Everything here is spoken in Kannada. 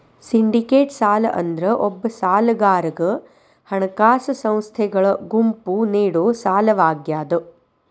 ಸಿಂಡಿಕೇಟೆಡ್ ಸಾಲ ಅಂದ್ರ ಒಬ್ಬ ಸಾಲಗಾರಗ ಹಣಕಾಸ ಸಂಸ್ಥೆಗಳ ಗುಂಪು ನೇಡೊ ಸಾಲವಾಗ್ಯಾದ